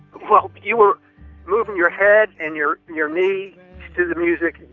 well, you were moving your head and your your knee to the music.